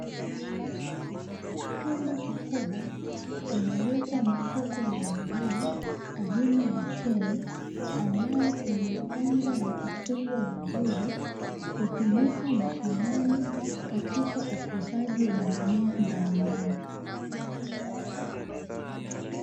Chumba kikubwa kimewekwa mifuko ya mbolea aina ya C.A.N, ambayo imepangwa na kufungwa vizuri. Hutumika mashambani katika ukuzaji wa mimea mbalimbali.